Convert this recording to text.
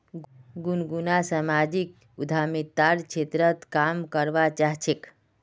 गुनगुन सामाजिक उद्यमितार क्षेत्रत काम करवा चाह छेक